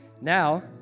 Now